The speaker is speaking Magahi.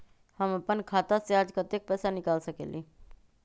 हम अपन खाता से आज कतेक पैसा निकाल सकेली?